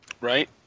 Right